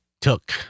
took